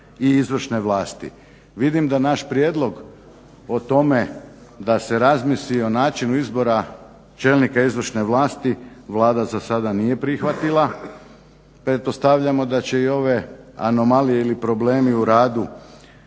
i izvršne vlasti. Vidim da naš prijedlog o tome da se razmisli o načinu izbora čelnika izvršne vlati Vlada za sada nije prihvatila. Pretpostavljamo da će i ove anomalije ili problemi u radu